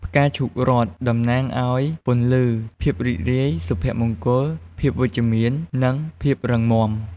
ផ្កាឈូករ័ត្នតំណាងឲ្យ ពន្លឺ ភាពរីករាយ សុភមង្គល ភាពវិជ្ជមាន និង ភាពរឹងមាំ។